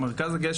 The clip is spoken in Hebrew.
המרכז הגאה,